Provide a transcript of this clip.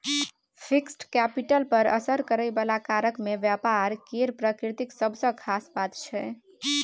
fixed capital पर असर करइ बला कारक मे व्यापार केर प्रकृति सबसँ खास बात छै